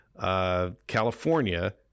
California